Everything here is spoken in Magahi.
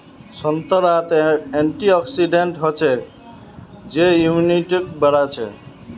संतरात एंटीऑक्सीडेंट हचछे जे इम्यूनिटीक बढ़ाछे